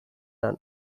han